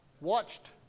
watched